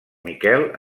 miquel